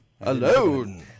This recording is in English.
Alone